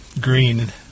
green